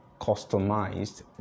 customized